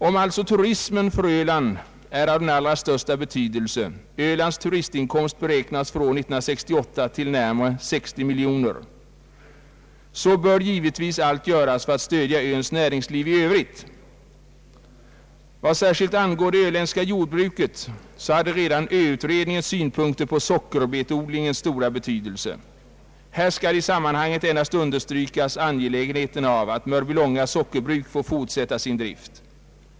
Om alltså turismen för Öland är av den allra största betydelse — Ölands turistinkomster beräknas för år 1968 till närmare 60 miljoner kronor — så bör givetvis allt göras för att stödja öns näringsliv i övrigt. Vad särskilt angår det öländska jordbruket så hade redan ö-utredningen synpunkter på sockerbetsodlingens stora betydelse. Här skall i sammanhanget endast understrykas angelägenheten av att Mörbylånga sockerbruk får fortsätta sin drift.